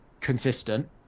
consistent